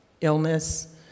illness